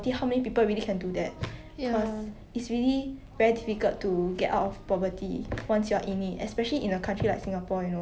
then like 你要什么你都可以拿 so you already put in a benefit like 你开始的地方已经比其他人高很多了